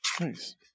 Nice